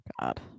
God